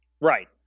Right